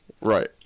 Right